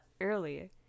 early